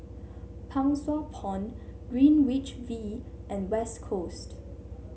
Pang Sua Pond Greenwich V and West Coast